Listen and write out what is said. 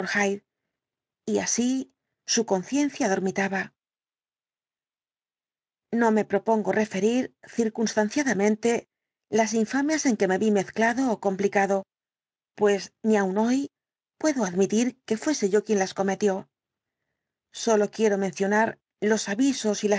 y así su conciencia dormitaba no me propongo referir circunstanciadamente las infamias en que me vi mezclado ó complicado pues ni aun hoy puedo admitir que fuese yo quien las cometió sólo quiero mencionar los avisos y